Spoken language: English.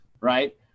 right